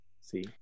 See